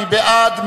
מי בעד?